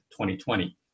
2020